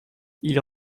ils